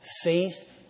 faith